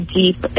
deep